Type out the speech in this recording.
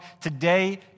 today